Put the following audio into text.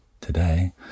Today